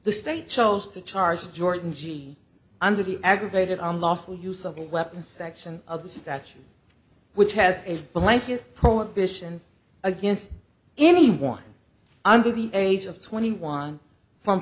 the state chose to charge jordan g under the aggravated on lawful use of a weapons section of the statute which has a blanket prohibition against anyone under the age of twenty one from